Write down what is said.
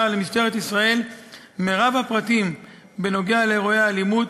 ולמשטרת ישראל מרב הפרטים בנוגע לאירועי האלימות,